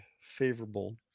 favorable